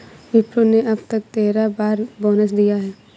विप्रो ने अब तक तेरह बार बोनस दिया है